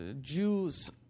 Jews